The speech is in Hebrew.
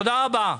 תודה רבה,